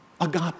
agape